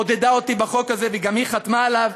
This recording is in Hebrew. עודדה אותי בחוק הזה וגם היא חתמה עליו,